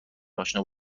اشنا